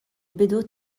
bidu